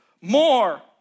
more